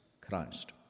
Christ